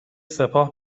سپاه